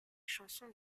chansons